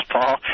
Paul